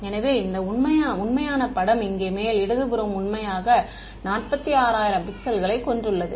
எனவே இந்த உண்மையான படம் இங்கே மேல் இடதுபுறம் உண்மையாக 46000 பிக்சல்களைக் கொண்டுள்ளது